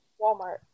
Walmart